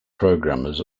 programmers